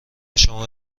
شما